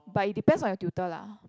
but it depends on your tutor lah